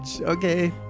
okay